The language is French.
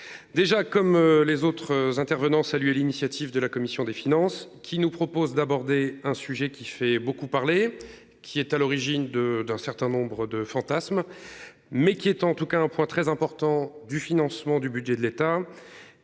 Déjà, comme les autres intervenants saluer l'initiative de la commission des finances qui nous propose d'aborder un sujet qui fait beaucoup parler qui est à l'origine de d'un certain nombre de fantasmes, mais qui est en tout cas un point très important du financement du budget de l'État.